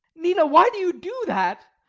nina, why do you do that?